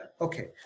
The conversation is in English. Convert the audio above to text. Okay